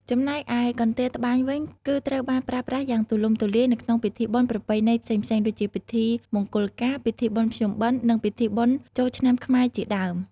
ចំណែកឯកន្ទេលត្បាញវិញ គឺត្រូវបានប្រើប្រាស់យ៉ាងទូលំទូលាយនៅក្នុងពិធីបុណ្យប្រពៃណីផ្សេងៗ ដូចជាពិធីមង្គលការ ពិធីបុណ្យភ្ជុំបិណ្ឌ និងពិធីបុណ្យចូលឆ្នាំខ្មែរជាដើម។